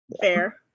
Fair